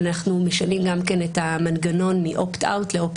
אבל אנחנו משנים גם כן את המנגנון מ-opt out ל-opt